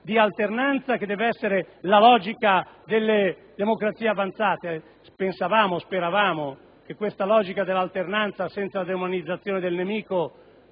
di alternanza che deve essere la logica delle democrazie avanzate. Speravamo che questa logica dell'alternanza senza demonizzazione dell'avversario